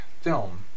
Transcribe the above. film